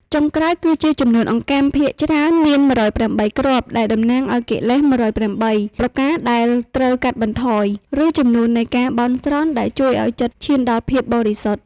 ចុងក្រោយ គឺជាចំនួនអង្កាំ ភាគច្រើនមាន ១០៨ គ្រាប់ ដែលតំណាងឱ្យកិលេស ១០៨ ប្រការដែលត្រូវកាត់បន្ថយ ឬចំនួននៃការបន់ស្រន់ ដែលជួយឱ្យចិត្តឈានដល់ភាពបរិសុទ្ធ។